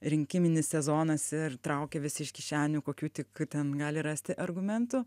rinkiminis sezonas ir traukia visi iš kišenių kokių tik ten gali rasti argumentų